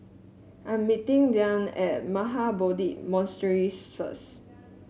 I'm meeting Diann at Mahabodhi Monastery first